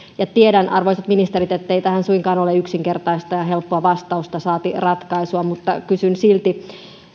tiedän arvoisat ministerit ettei tähän suinkaan ole yksinkertaista ja helppoa vastausta saati ratkaisua mutta kysyn silti